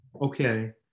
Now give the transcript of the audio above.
Okay